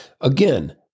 Again